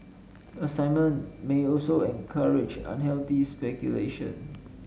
assignment may also encourage unhealthy speculation